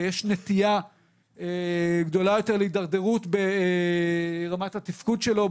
ויש נטייה גדולה יותר להידרדרות ברמת התפקוד שלו,